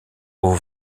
aux